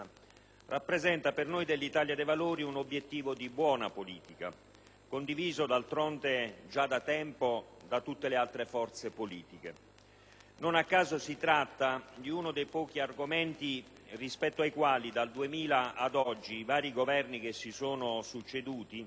rappresenta per noi dell'Italia dei Valori un obiettivo di buona politica, condiviso d'altronde già da tempo da tutte le altre forze politiche. Non a caso, si tratta di uno dei pochi argomenti rispetto ai quali, dal 2000 ad oggi, i vari Governi che si sono succeduti